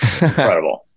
Incredible